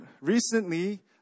Recently